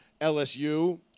LSU